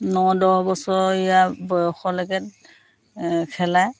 ন দহ বছৰীয়া বয়সলৈকে খেলায়